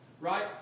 right